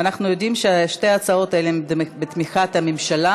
ואנחנו יודעים ששתי ההצעות האלה הן בתמיכת הממשלה,